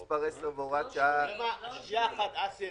סליחה, אסי.